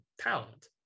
talent